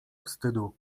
wstydu